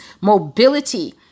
mobility